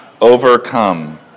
overcome